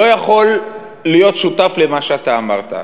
לא יכול להיות שותף למה שאתה אמרת.